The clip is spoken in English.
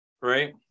Right